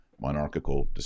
monarchical